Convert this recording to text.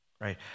right